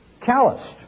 calloused